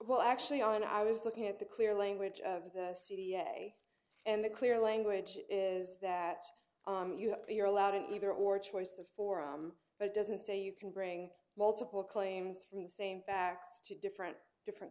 well actually i was looking at the clear language of the c d s a and the clear language is that you're allowed an either or choice of forum but it doesn't say you can bring multiple claims from the same facts to different different